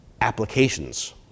applications